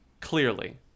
Clearly